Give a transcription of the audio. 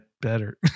better